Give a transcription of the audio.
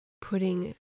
putting